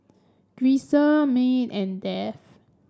Grisel Me and Dave